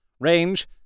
Range